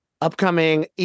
upcoming